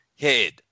head